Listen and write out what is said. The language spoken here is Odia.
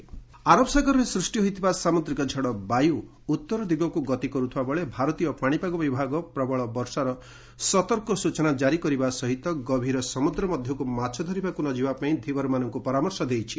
ଗୋଆ ରେନ ବାୟ ' ଆରବସାଗରରେ ସୃଷ୍ଟି ହୋଇଥିବା ସାମୁଦ୍ରିକ ଝଡ 'ବାୟୁ' ଉତ୍ତର ଦିଗକୁ ଗତି କରୁଥିବାବେଳେ ଭାରତୀୟ ପାଣିପାଗ ବିଭାଗ ପ୍ରବଳ ବର୍ଷାର ସତର୍କ ସ୍ବଚନା ଜାରି କରିବା ସହିତ ଗଭୀର ସମୁଦ୍ର ମଧ୍ୟକୁ ମାଛ ଧରିବାକୁ ନ ଯିବା ପାଇଁ ଧୀବର ମାନଙ୍କୁ ପରାମର୍ଶ ଦେଇଛି